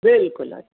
बिल्कुलु अ